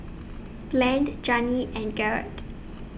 Blaine and Janine and Garett